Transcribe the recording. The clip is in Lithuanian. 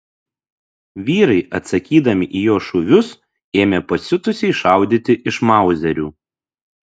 vyrai atsakydami į jo šūvius ėmė pasiutusiai šaudyti iš mauzerių